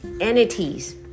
entities